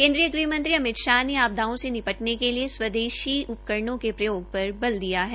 केन्द्रीय गृहमंत्री अमित शाह ने आपदाओं से निपटने के लिए स्वदेशी उपकरणों के प्रयोग पर बल दिया है